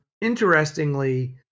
interestingly